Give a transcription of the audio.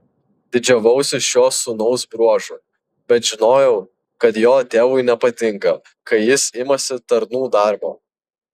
didžiavausi šiuo sūnaus bruožu bet žinojau kad jo tėvui nepatinka kai jis imasi tarnų darbo